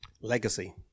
Legacy